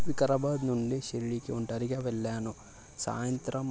వికారాబాద్ నుండి షిరిడికి ఒంటరిగా వెళ్లాను సాయంత్రం